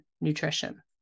nutrition